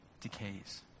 decays